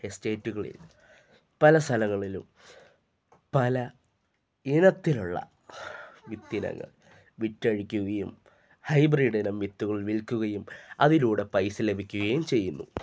എസ്റ്റേറ്റുകളിൽ പല സ്ഥലങ്ങളിലും പല ഇനത്തിലുള്ള വിത്തിനങ്ങൾ വിറ്റഴിക്കുകയും ഹൈബ്രിഡ് ഇനം വിത്തുകൾ വിൽക്കുകയും അതിലൂടെ പൈസ ലഭിക്കുകയും ചെയ്യുന്നു